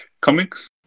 comics